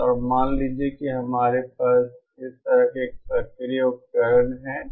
और मान लीजिए कि हमारे पास इस तरह का एक सक्रिय उपकरण है